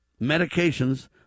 medications